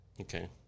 Okay